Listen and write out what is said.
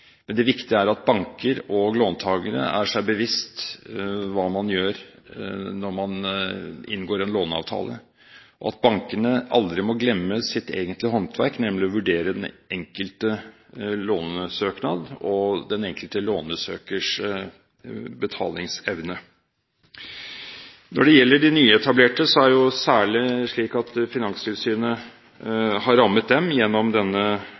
men det viktige er at banker og låntagere er seg bevisst hva man gjør når man inngår en låneavtale. Bankene må aldri glemme sitt egentlige håndverk, nemlig å vurdere den enkelte lånesøknad og den enkelte lånesøkers betalingsevne. Når det gjelder de nyetablerte, er det slik at Finanstilsynet har rammet dem gjennom denne